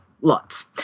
lots